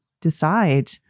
decide